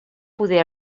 poder